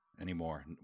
anymore